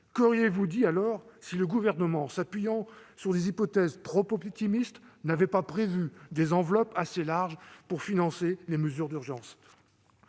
Qu'auriez-vous dit si le Gouvernement, s'appuyant sur des hypothèses trop optimistes, n'avait pas prévu des enveloppes assez larges pour financer les mesures d'urgence ?